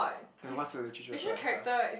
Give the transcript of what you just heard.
then what's your literature background